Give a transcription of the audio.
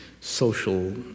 social